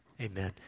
Amen